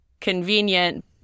convenient